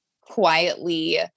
quietly